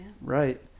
right